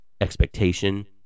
expectation